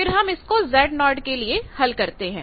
फिर हम इसको Zo के लिए हल करते हैं